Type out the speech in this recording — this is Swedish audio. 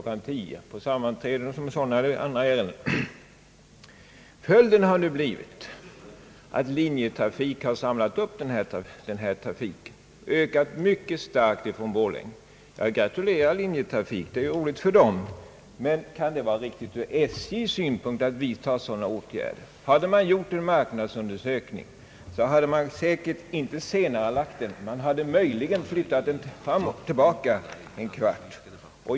10 på förmiddagen för sammanträden och sådana ärenden. Följden har nu blivit att Linjeflyg har samlat upp denna trafik. Företaget har ökat mycket starkt från Borlänge. Jag gratulerar Linjeflyg, det är ju roligt för dem, men kan det vara riktigt ur SJ:s synpunkt att vidta sådana åtgärder? Hade man gjort en marknadsundersökning så hade man säkert inte senarelagt det, man hade möjligen flyttat det tillbaka en kvart.